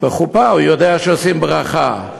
בחופה הוא יודע שעושים ברכה.